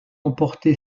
emporté